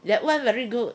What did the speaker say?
that [one] very good